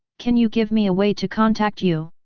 can you give me a way to contact you?